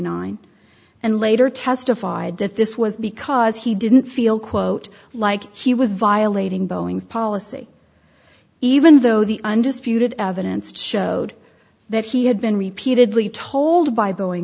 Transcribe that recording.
nine and later testified that this was because he didn't feel quote like he was violating boeing's policy even though the undisputed evidence showed that he had been repeatedly told by